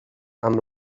amb